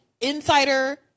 insider